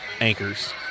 anchors